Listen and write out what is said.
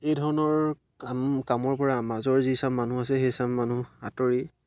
এই ধৰণৰ কাম কামৰ পৰা মাজৰ যি চাম মানুহ আছে সেই চাম মানুহ আঁতৰি